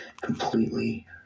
Completely